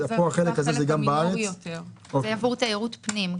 זה עבור תיירות פנים,